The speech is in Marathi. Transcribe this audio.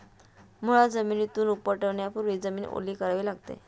मुळा जमिनीतून उपटण्यापूर्वी जमीन ओली करावी लागते